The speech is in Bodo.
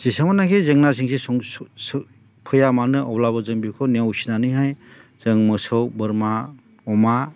जेसेबांनोखि जेंना जेंसि फैया मानो अब्लाबो जों बेखौ नेवसिनानैहाय जों मोसौ बोरमा अमा